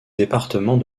département